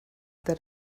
that